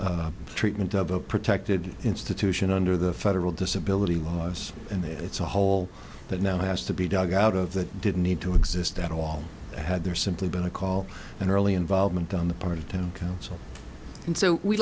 treatment of a protected institution under the federal disability and it's a hole that now has to be dug out of that didn't need to exist at all had there simply been a call in early involvement on the part of town council and so we